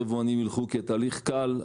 ויותר יבואנים ילכו לתהליך שהוא קל יותר,